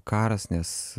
karas nes